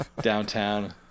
downtown